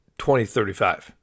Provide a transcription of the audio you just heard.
2035